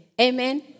Amen